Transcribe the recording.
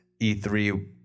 E3